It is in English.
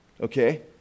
Okay